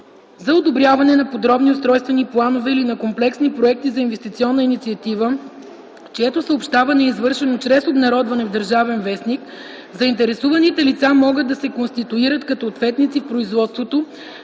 за одобряване на подробни устройствени планове или на комплексни проекти за инвестиционна инициатива, чието съобщаване е извършено чрез обнародване в „Държавен вестник”, заинтересуваните лица могат да се конституират като ответници в производството